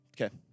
Okay